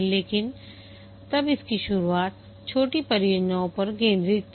लेकिन तब इसकी शुरुआत छोटी परियोजनाओं पर केंद्रित थी